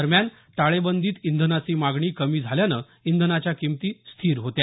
दरम्यान टाळेबंदीत इंधनाची मागणी कमी झाल्यानं इंधनांच्या किंमती स्थिर होत्या